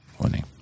Morning